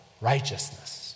Righteousness